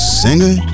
singer